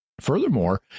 Furthermore